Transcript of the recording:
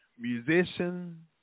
musician